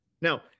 Now